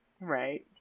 Right